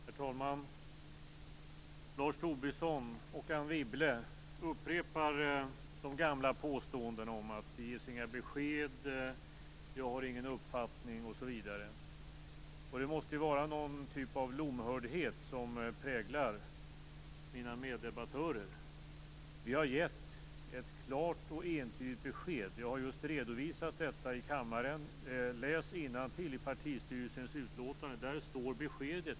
Herr talman! Lars Tobisson och Anne Wibble upprepar de gamla påståendena om att det inte ges några besked och att jag inte har någon uppfattning, osv. Det måste vara någon typ av lomhördhet som präglar mina meddebattörer. Vi har gett ett klart och entydigt besked. Jag har just redovisat detta i kammaren. Läs innantill i partistyrelsens utlåtande. Där står beskedet.